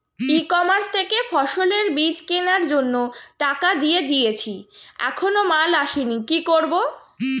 ই commerce থেকে ফসলের বীজ কেনার জন্য টাকা দিয়ে দিয়েছি এখনো মাল আসেনি কি করব?